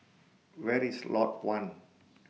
Where IS Lot one